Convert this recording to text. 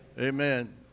Amen